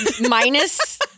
minus